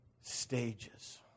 stages